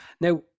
Now